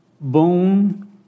bone